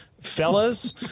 fellas